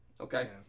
Okay